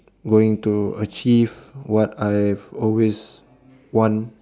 going to achieve what I have always want